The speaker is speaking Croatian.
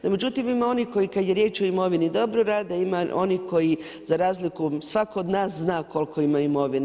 No međutim, ima onih koji kad je riječ o imovini dobro rade, ima onih koji za razliku svatko od nas zna koliko ima imovine.